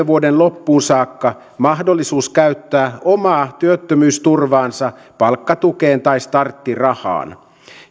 vuoden loppuun saakka mahdollisuus käyttää omaa työttömyysturvaansa palkkatukeen tai starttirahaan